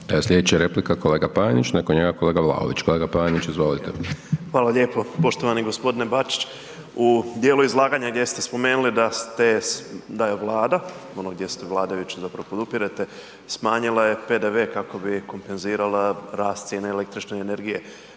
Slijedeća replika kolega Panenić, nakon njega kolega Vlaović. Kolega Panenić, izvolite. **Panenić, Tomislav (MOST)** Hvala lijepo. Poštovani g. Bačić, u dijelu izlaganja gdje ste spomenuli da je Vlada, gdje ste vladajuće zapravo podupirete, smanjila je PDV kako bi kompenzirala rast cijene električne energije.